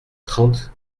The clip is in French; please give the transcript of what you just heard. trente